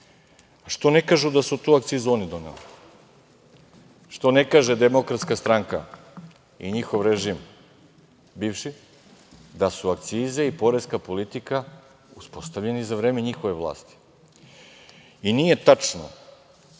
ne kažu da su tu akcizu oni doneli? Što ne kaže DS i njihov režim, bivši, da su akcize i poreska politika uspostavljeni za vreme njihove vlasti? I nije tačno